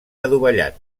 adovellat